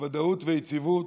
לוודאות וליציבות,